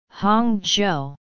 Hangzhou